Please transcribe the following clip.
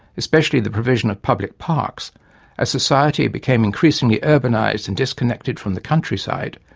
especially the provision of public parks as society became increasingly urbanised and disconnected from the countryside,